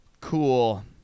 Cool